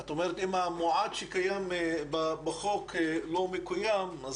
את אומרת אם המועט שקיים בחוק לא מקוים.